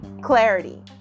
Clarity